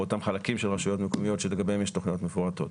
באותם חלקים של רשויות מקומיות שלגביהם יש תכניות מפורטות.